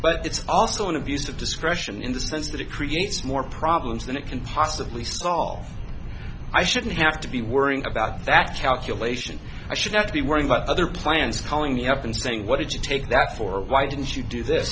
but it's also an abuse of discretion in the sense that it creates more problems than it can possibly solve i shouldn't have to be worrying about that calculation i should not be worrying about other plans calling me up and saying what did you take that for why didn't you do this